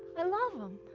i love him.